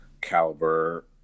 caliber